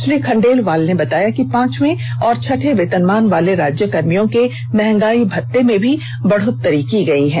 श्री खंडेलवाल ने बताया कि पांचवें और छठे वेतनमान वाले राज्य कर्मियों के महंगाई भत्ते में भी बढ़ोत्तरी की गई है